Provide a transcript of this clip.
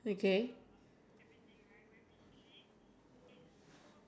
or you have to lucky you have to shower